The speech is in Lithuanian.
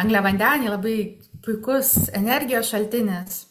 angliavandeniai labai puikus energijos šaltinis